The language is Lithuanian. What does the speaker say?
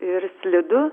ir slidu